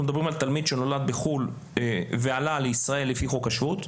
אנחנו מדברים על תלמיד שנולד בחו"ל ועלה לישראל לפי חוק השבות.